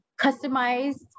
customized